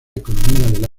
economía